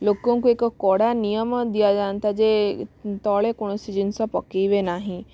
ଲୋକଙ୍କୁ ଏକ କଡ଼ା ନିୟମ ଦିଆଯାଆନ୍ତା ଯେ ତଳେ କୌଣସି ଜିନିଷ ପକାଇବେ ନାହିଁ